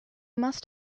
must